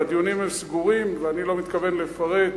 והדיונים הם סגורים ואני לא מתכוון לפרט,